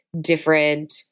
different